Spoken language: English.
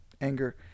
anger